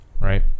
right